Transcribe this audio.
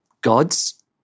God's